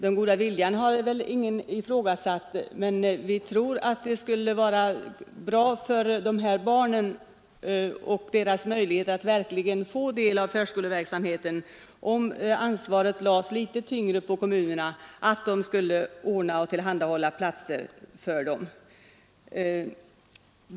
Den goda viljan har väl ingen ifrågasatt, men vi tror att det skulle vara bra för dessa barn och deras möjlighet att verkligen få del av förskoleverksamheten, om ansvaret lades litet tyngre på kommunerna när det gäller att ordna och tillhandahålla platser för dem.